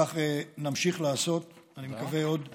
כך נמשיך לעשות, אני מקווה, עוד שנים.